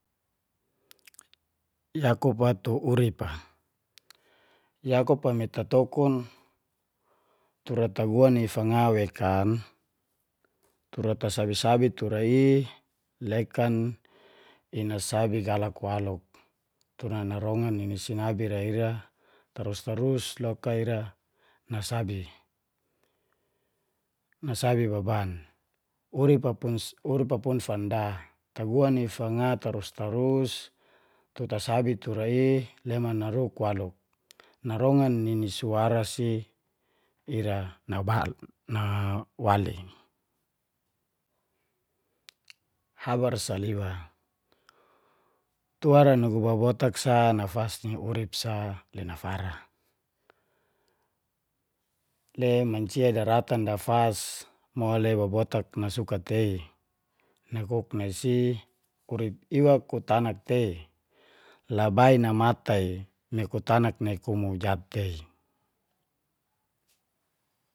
Yakup tu urip a, yakup me tatokun tura taguan i fanga wekan, tura tasabi-sabi tura i lekan i nasabi galak waluk tura narongan nini sinabi ra ira tarus-tarus loka ira nasabi, nasabi baban. Urip pun sam, urip a pun fanda. Taguan i fanga tarus-tarus, tu tasabi tura i leman naruk waluk. Narongan nini suara si ira nabal na nawali. Habar sa liwa, tura nugu baba botak sa nafas ni urip sa le nafara. Le mancia daratan dafas mole baba botak nasuka tei, nakuk nai si, urip ira kutanak tei. Lebai namat i me kutanak nai kumu jatei.